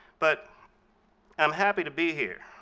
but i'm happy to be here,